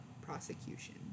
prosecution